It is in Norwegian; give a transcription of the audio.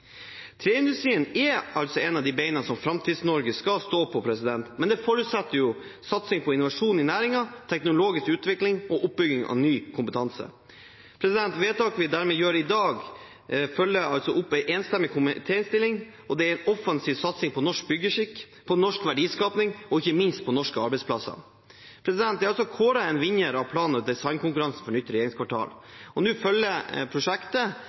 Treindustrien er et av beina Framtids-Norge skal stå på, men det forutsetter satsing på innovasjon i næringen, teknologisk utvikling og oppbygging av ny kompetanse. Vedtaket vi gjør i dag, følger altså opp en enstemmig komitéinnstilling og er en offensiv satsing på norsk byggeskikk, på norsk verdiskaping og ikke minst på norske arbeidsplasser. Det er kåret en vinner av plan- og designkonkurransen for nytt regjeringskvartal. Nå følger